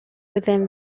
within